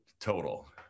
Total